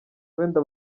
wenda